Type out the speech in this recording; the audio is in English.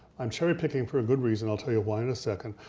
i'm cherry picking for a good reason, i'll tell you why in a second.